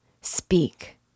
speak